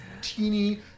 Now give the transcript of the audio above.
teeny